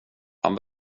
han